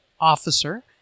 Officer